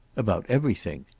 about everything.